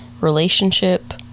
Relationship